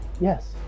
Yes